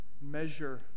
measure